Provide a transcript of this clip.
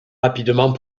rapidement